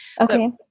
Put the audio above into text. Okay